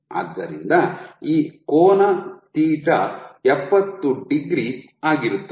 ಆದ್ದರಿಂದ ಈ ಕೋನ ಥೀಟಾ θ ಎಪ್ಪತ್ತು ಡಿಗ್ರಿ ಆಗಿರುತ್ತದೆ